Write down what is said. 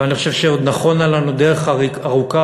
ואני חושב שעוד נכונה לנו דרך ארוכה,